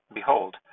Behold